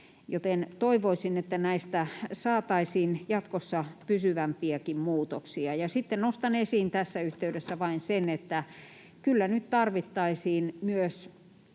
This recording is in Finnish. joten toivoisin, että näistä saataisiin jatkossa pysyvämpiäkin muutoksia. Sitten nostan esiin tässä yhteydessä vain sen, että kyllä nyt tarvittaisiin myös